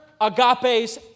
agape's